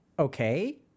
Okay